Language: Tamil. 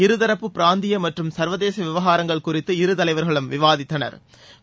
இருதரப்பு பிராந்திய மற்றும் சா்வதேச விவகாரங்கள் குறித்து இருதலைவா்களும் விவாதித்தனா்